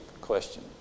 question